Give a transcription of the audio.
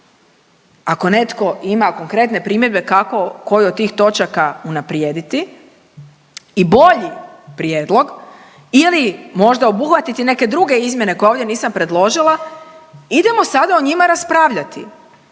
ako netko ima konkretne primjedbe kako, koju od tih točaka unaprijediti i bolji prijedlog ili možda obuhvatiti neke druge izmjene koje ovdje nisam predložila, idemo sada o njima raspravljati